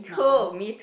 now